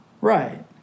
Right